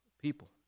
people